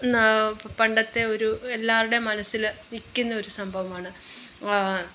എന്നാൽ പണ്ടത്തെ ഒരു എല്ലാവരുടെയും മനസ്സിൽ നിൽക്കുന്ന ഒരു സംഭവമാണ്